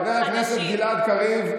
חבר כנסת גלעד קריב,